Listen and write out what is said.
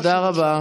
תודה רבה.